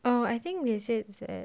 oh I think they said that